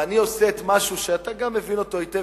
ואני עושה משהו שאתה גם מבין אותו היטב,